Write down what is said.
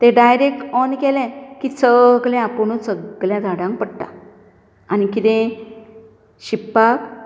ते direct on केलें की सगले आपूणूच सगल्या झाडांक पडटा आनी कितें शिंपपाक